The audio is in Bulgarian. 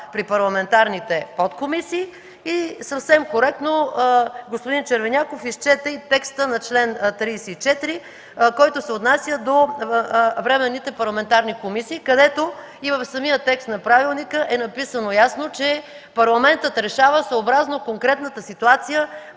при парламентарните подкомисии, и съвсем коректно господин Червеняков изчете и текста на чл. 34, който се отнася за временните парламентарни комисии, където и в самия текст на Правилника е написано ясно, че Парламентът решава съобразно конкретната ситуация